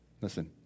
Listen